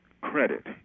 credit